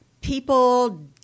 People